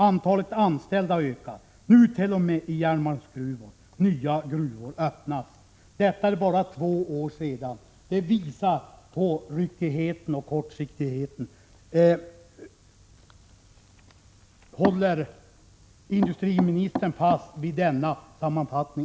Antalet anställda ökar, nu t.o.m. i järnmalmsgruvor. Nya gruvor öppnas. Det är bara två år sedan industriministern uttalade detta. Det visar på ryckigheten och kortsiktigheten. Håller industriministern i dag fast vid denna sammanfattning?